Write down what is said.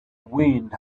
wind